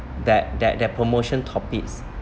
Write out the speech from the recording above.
that that that promotion topics